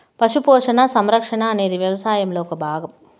పశు పోషణ, సంరక్షణ అనేది వ్యవసాయంలో ఒక భాగం